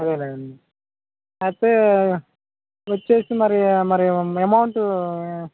అదేలేండి అయితే వచ్చేసి మరి మరి అమౌంటు